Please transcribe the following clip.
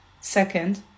Second